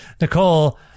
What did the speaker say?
Nicole